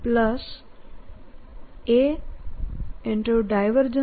B B